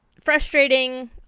frustrating